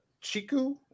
Chiku